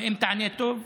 ואם תענה טוב,